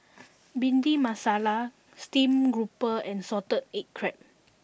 Bhindi Masala Stream Grouper and Salted Egg Crab